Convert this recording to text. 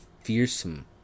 fearsome